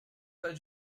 pas